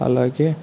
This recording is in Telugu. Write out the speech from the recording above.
అలాగే